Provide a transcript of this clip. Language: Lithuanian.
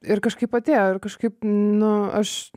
ir kažkaip atėjo ir kažkaip nu aš